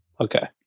okay